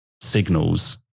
signals